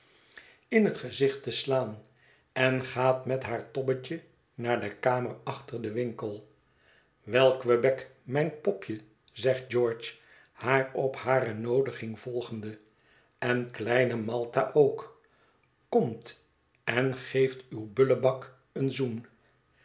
in het gezicht te slaan en gaat met haar tobbetje naar de kamer achter den winkel wel quebec mijn popje zegt george haar op hare noodiging volgende en kleine malta ook komt en geeft uw bullebak een zoen